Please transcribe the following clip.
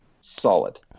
Solid